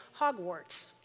Hogwarts